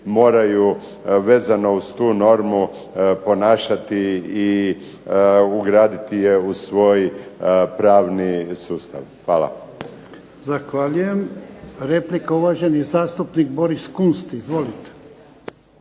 moraju vezano uz tu normu ponašati je i ugraditi u svoj pravni sustav. Hvala.